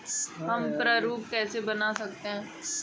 हम प्रारूप कैसे बना सकते हैं?